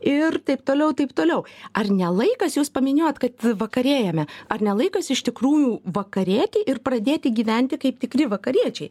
ir taip toliau taip toliau ar ne laikas jūs paminėjot kad vakarėjame ar ne laikas iš tikrųjų vakarėti ir pradėti gyventi kaip tikri vakariečiai